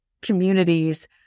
communities